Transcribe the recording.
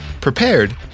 prepared